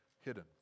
hidden